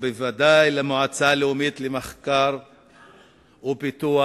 ובוודאי למועצה הלאומית למחקר ופיתוח,